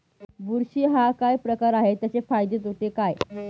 बुरशी हा काय प्रकार आहे, त्याचे फायदे तोटे काय?